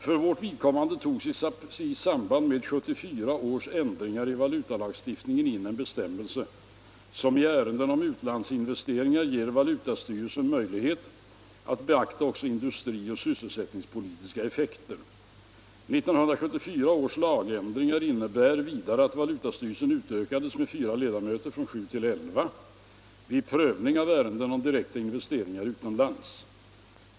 För vårt vidkommande togs i samband med 1974 års ändringar i valutalagstiftningen in en bestämmelse som i ärenden om utlandsinvesteringar ger valutastyrelsen möjlighet att beakta också industrioch sysselsättningspolitiska effekter. 1974 års lagändringar innebär vidare att valutastyrelsen utökades med fyra ledamöter — från sju till elva — vid prövning av ärenden om direkta investeringar utomlands.